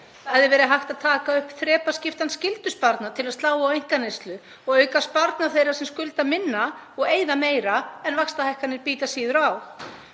Það hefði verið hægt að taka upp þrepaskiptan skyldusparnað til að slá á einkaneyslu og auka sparnað þeirra sem skulda minna og eyða meira en vaxtahækkanir bíta síður á.